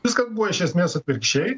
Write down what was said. viskas buvo iš esmės atvirkščiai